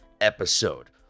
episode